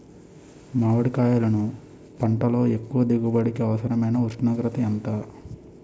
మామిడికాయలును పంటలో ఎక్కువ దిగుబడికి అవసరమైన ఉష్ణోగ్రత ఎంత?